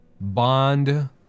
Bond